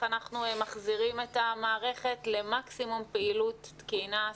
אנחנו מחזירים את המערכת למקסימום פעילות תקינה,